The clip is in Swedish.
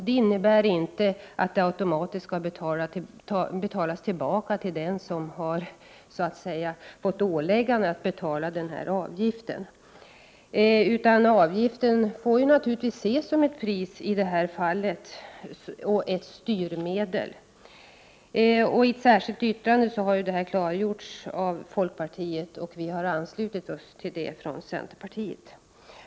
Det innebär inte att pengarna automatiskt skall betalas tillbaka till den som så att säga har fått åläggande att betala avgiften. Avgiften får i detta fall ses som ett pris och ett styrmedel. I ett särskilt yttrande har detta klargjorts av folkpartiet, och vi har anslutit oss till det från centerpartiet.